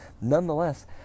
Nonetheless